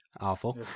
Awful